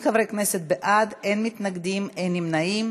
30 חברי כנסת בעד, אין מתנגדים, אין נמנעים.